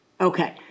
Okay